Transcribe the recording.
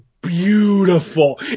beautiful